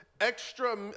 extra